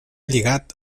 lligat